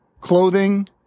clothing